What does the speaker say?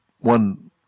one